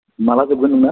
माला जोबगोन नोंना